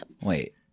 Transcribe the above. Wait